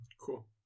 cool